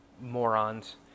morons